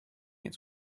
its